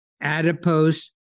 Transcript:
adipose